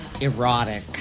erotic